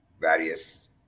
various